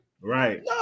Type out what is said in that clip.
Right